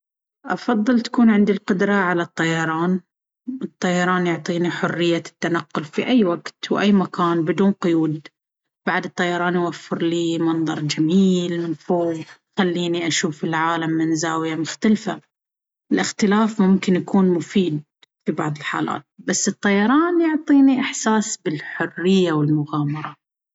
أفضل تكون عندي القدرة على الطيران. الطيران يعطيني حرية التنقل في أي وقت وأي مكان بدون قيود. بعد، الطيران يوفر لي منظر جميل من فوق ويخليني أشوف العالم من زاوية مختلفة. الاختفاء ممكن يكون مفيد في بعض الحالات، بس الطيران يعطيني إحساس بالحرية والمغامرة.